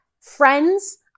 friends